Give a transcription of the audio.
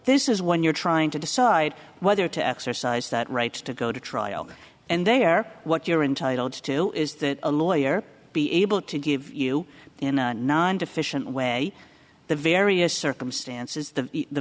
this is when you're trying to decide whether to exercise that right to go to trial and there what you're intitled still is that a lawyer be able to give you in a non deficient way the various circumstances that the